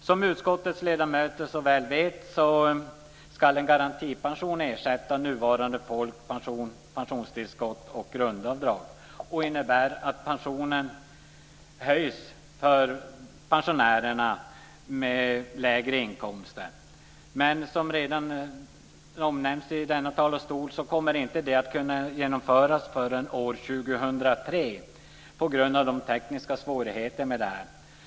Som utskottets ledamöter väl vet ska en garantipension ersätta nuvarande folkpension, pensionstillskott och grundavdrag. Det innebär att pensionen höjs för pensionärer med lägre inkomster. Men som redan omnämnts i denna talarstol kommer inte detta att kunna genomföras förrän år 2003 på grund av de tekniska svårigheterna med det här.